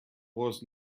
was